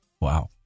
wow